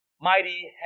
mighty